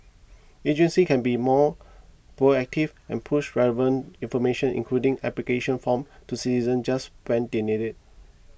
agencies can be more proactive and push relevant information including application forms to citizens just when they need it